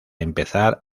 empezar